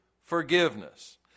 forgiveness